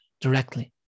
directly